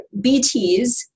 BTs